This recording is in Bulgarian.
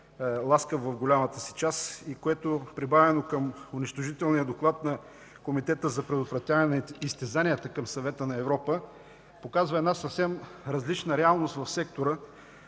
ласкав в голямата си част, което прибавено към унищожителния доклад на Комитета за предотвратяване изтезанията към Съвета на Европа, показва съвсем различна реалност за сектора